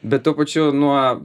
bet tuo pačiu nuo